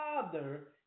Father